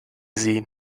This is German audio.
sie